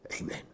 Amen